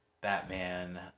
Batman